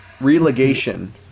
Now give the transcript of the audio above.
relegation